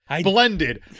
Blended